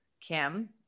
Kim